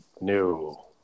No